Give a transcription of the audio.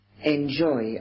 enjoy